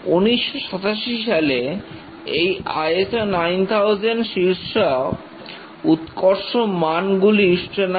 1987 সালে এই ISO 9000 শীর্ষক উৎকর্ষ মান গুলির সূচনা হয়